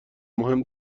مهم